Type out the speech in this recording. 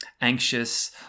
anxious